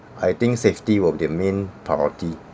I think safety will be a main priority